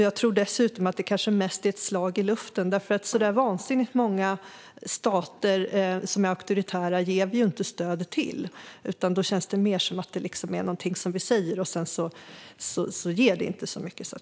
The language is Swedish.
Jag tror dessutom att det kanske mest är ett slag i luften, för så där vansinnigt många stater som är auktoritära ger vi inte stöd till. Det känns mer som att detta är någonting vi säger men som inte ger så mycket.